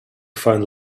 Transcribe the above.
find